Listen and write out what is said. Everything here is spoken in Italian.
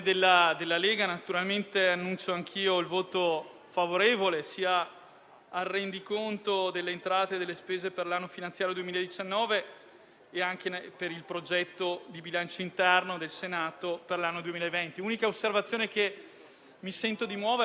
2019, sia al Progetto di bilancio interno del Senato per l'anno 2020. L'unica osservazione che mi sento di muovere - lo faccio subito - è che forse possiamo migliorare, almeno da un punto di vista, e cercare di arrivare all'approvazione del bilancio